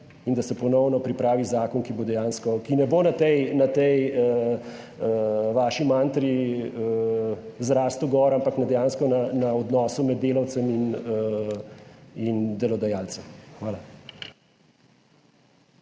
in da se ponovno pripravi zakon, ki ne bo na tej, na tej vaši mantri zrastel gor ampak na dejansko na odnosu med delavcem in delodajalcem. Hvala.